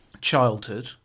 childhood